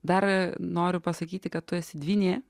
dar noriu pasakyti kad tu esi dvynė